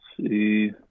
see